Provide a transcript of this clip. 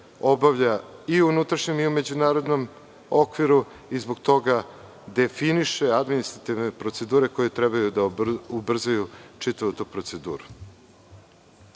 obavlja i u unutrašnjem i u međunarodnom okviru i zbog toga definiše administrativne procedure koje treba da ubrzaju čitavu tu proceduru. Treći